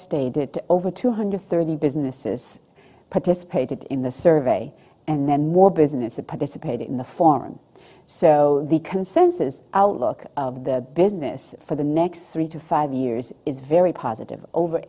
stated to over two hundred thirty businesses participated in the survey and then more businesses participate in the foreign so the consensus outlook of the business for the next three to five years is very positive over